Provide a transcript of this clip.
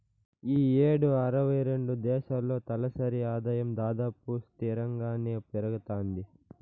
ఈ యేడు అరవై రెండు దేశాల్లో తలసరి ఆదాయం దాదాపు స్తిరంగానే పెరగతాంది